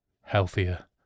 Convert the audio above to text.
healthier